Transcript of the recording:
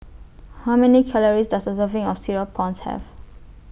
How Many Calories Does A Serving of Cereal Prawns Have